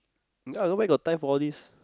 ya nobody got time for all these